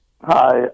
Hi